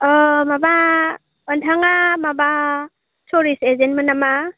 माबा नोंथाङा माबा सरिद एजेन मोन नामा